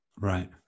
Right